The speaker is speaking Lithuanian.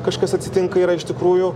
kažkas atsitinka yra iš tikrųjų